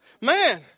man